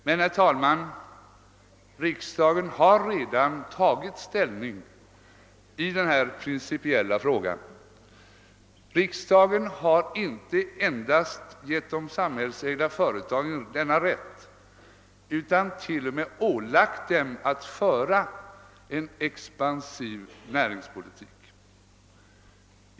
Men, herr talman, riksdagen har redan tagit ställning i denna principiella fråga. Riksdagen har inte endast givit de samhällsägda företagen denna rätt utan t.o.m. ålagt dem att föra en expansiv näringspolitik.